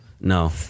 No